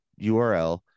URL